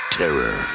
terror